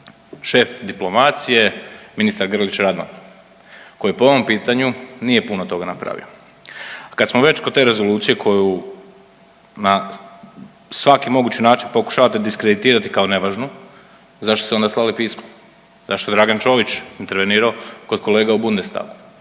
šef diplomacije ministar Grlić Radman, koji po ovom pitanju nije puno toga napravio. Kada smo već kod te Rezolucije koju na svaki mogući način pokušavate diskreditirati kao nevažnu zašto ste onda slali pismo? Zašto je Dragan Čović intervenirao kod kolega u Bundestagu?